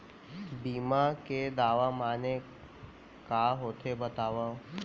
बीमा के दावा माने का होथे बतावव?